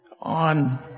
on